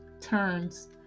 turns